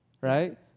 right